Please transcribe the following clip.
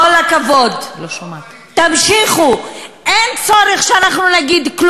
זה בדיוק איך שהבית הזה רוצה להיראות.